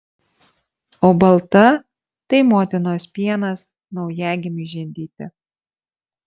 o balta tai motinos pienas naujagimiui žindyti